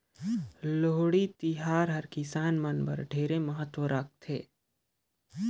लोहड़ी तिहार हर किसान मन बर ढेरे महत्ता राखथे